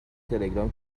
تلگرام